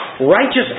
Righteous